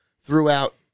throughout